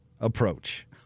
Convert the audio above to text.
approach